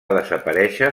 desaparèixer